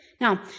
Now